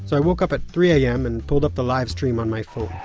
so i woke up at three am and pulled up the live stream on my phone.